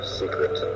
secret